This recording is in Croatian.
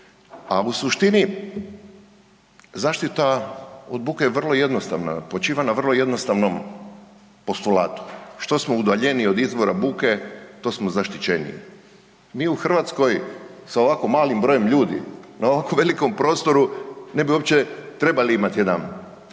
a u suštini zaštita od buke je vrlo jednostavna. Počiva na vrlo jednostavnom postulatu. Što smo udaljeniji od izvora buke to smo zaštićeniji. Mi u Hrvatskoj sa ovako malim brojem ljudi na ovako velikom prostoru ne bi uopće trebali imati jedan,